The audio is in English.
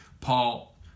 Paul